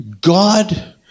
God